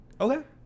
Okay